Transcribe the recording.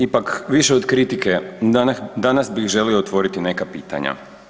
Ipak, više od kritike danas bi želio otvoriti neka pitanja.